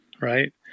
right